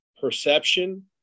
perception